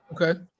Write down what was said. okay